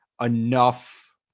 enough